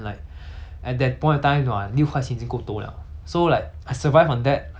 so like I survive on that for like if I'm not wrong